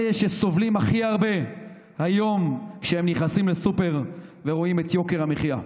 אלה שסובלים הכי הרבה היום כשהם נכנסים לסופר ורואים את יוקר המחיה,